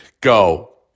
go